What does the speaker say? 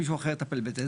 מישהו אחר יטפל בזה.